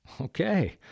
Okay